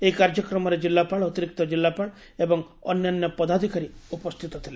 ଏହି କାର୍ଯ୍ୟକ୍ରମରେ ଜିଲ୍ଲାପାଳ ଅତିରିକ୍ତ ଜିଲ୍ଲାପାଳ ଏବଂ ଅନ୍ୟାନ୍ୟା ପଦାଧକାରୀ ଉପସ୍ରିତ ଥିଲେ